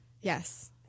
Yes